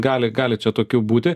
gali gali čia tokių būti